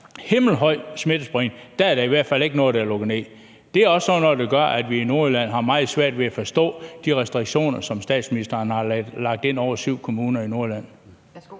himmelhøj smittespredning, og der er der i hvert fald ikke noget der er lukket ned. Det er også sådan noget, der gør, at vi i Nordjylland har meget svært ved at forstå de restriktioner, som statsministeren har lagt ind over syv kommuner i Nordjylland.